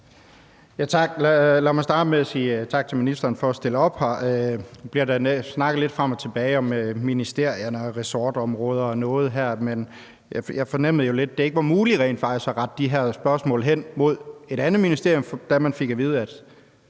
tak til ministeren for at stille op her. Nu bliver der snakket lidt frem og tilbage om ministerier, ressortområder og sådan noget, men jeg fornemmede jo lidt, at det ikke var muligt rent faktisk at rette de her spørgsmål til en anden minister. Vi fik at vide, at